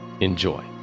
Enjoy